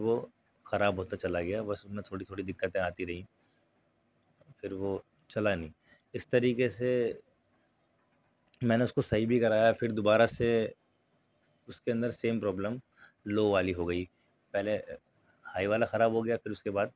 اور ان کے سالوشن میں اگر دیکھا جائے تو گورنمینٹ کو چاہیے کہ گورنمنٹ میڈیکل کالجیز پہ دھیان دیں نئے نئے میڈیکل کالجیز بنائیں ہاسپیٹل بنا سکتے ہیں اچھے ڈاکٹرز اچھے ڈاکٹرز کو ریکروٹ کر سکتے ہیں